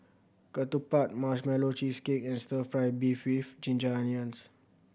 ketupat Marshmallow Cheesecake and Stir Fry beef with ginger onions